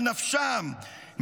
על נפשם,